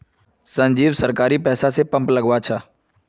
संजीव सरकारी पैसा स पंप लगवा छ